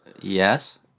Yes